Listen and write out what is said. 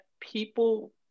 people